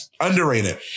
Underrated